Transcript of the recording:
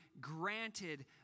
granted